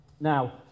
Now